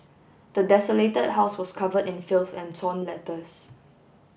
the desolated house was covered in filth and torn letters